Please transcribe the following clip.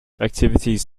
activities